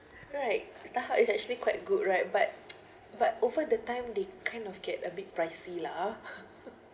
right starhub is actually quite good right but but over the time they kind of get a bit pricey lah